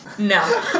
No